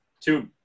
two